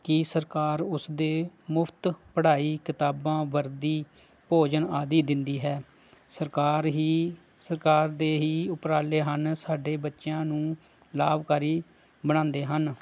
ਕਿ ਸਰਕਾਰ ਉਸਦੇ ਮੁਫਤ ਪੜ੍ਹਾਈ ਕਿਤਾਬਾਂ ਵਰਦੀ ਭੋਜਨ ਆਦਿ ਦਿੰਦੀ ਹੈ ਸਰਕਾਰ ਹੀ ਸਰਕਾਰ ਦੇ ਹੀ ਉਪਰਾਲੇ ਹਨ ਸਾਡੇ ਬੱਚਿਆਂ ਨੂੰ ਲਾਭਕਾਰੀ ਬਣਾਉਂਦੇ ਹਨ